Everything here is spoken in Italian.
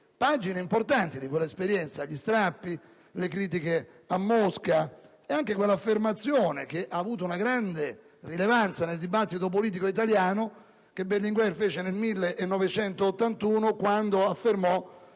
pagine importanti di quella esperienza: gli strappi, le critiche a Mosca e anche quell'affermazione, che ha avuto una grande rilevanza nel dibattito politico italiano, che Berlinguer fece nel 1981, quando dichiarò